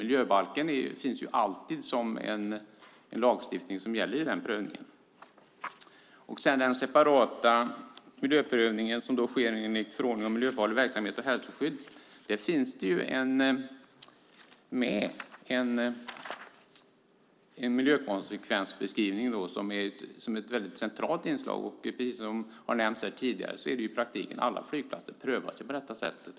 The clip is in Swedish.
Miljöbalken finns alltid med som en lagstiftning som gäller vid den prövningen. När det gäller den separata miljöprövning som sker enligt förordningen om miljöfarlig verksamhet och hälsoskydd finns en miljökonsekvensbeskrivning med som ett mycket centralt inslag. Som tidigare nämnts här prövas i praktiken alla flygplatser på det sättet.